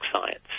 science